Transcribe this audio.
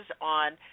on